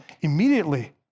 immediately